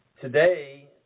today